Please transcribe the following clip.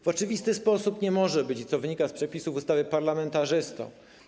W oczywisty sposób nie może być, co wynika z przepisów ustawy, parlamentarzystą.